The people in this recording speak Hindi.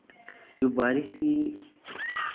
जो बारिश की